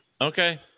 Okay